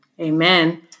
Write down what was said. Amen